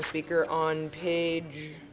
speaker, on page